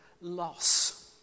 loss